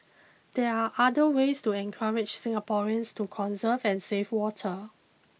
there are other ways to encourage Singaporeans to conserve and save water